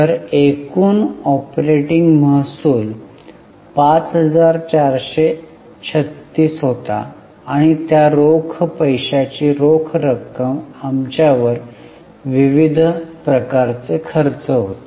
तर एकूण ऑपरेटिंग महसूल 5436 होता आणि त्या रोख पैशाची रोख रक्कम आमच्यावर विविध प्रकारचे खर्च होते